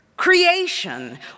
Creation